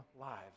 lives